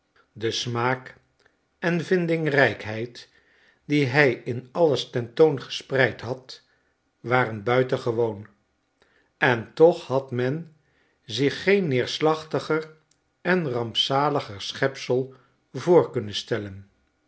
de smaak en vindingrijkheid die hij in alles ten toon gespreid had waren buitengewoon en toch had men zich geen neerslachtiger en rampzaliger schepsel voor kunnen stellen